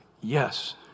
Yes